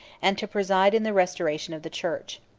and to preside in the restoration of the church.